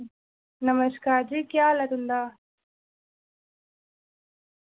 नमस्कार जी केह् हाल ऐ तुं'दा